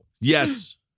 Yes